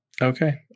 Okay